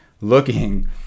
looking